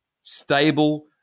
stable